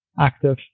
active